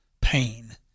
pain